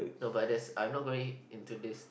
no but there's I'm not going into this